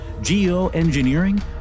Geoengineering